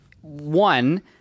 One